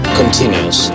continues